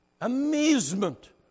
amazement